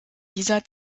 dieser